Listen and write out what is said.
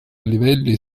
livelli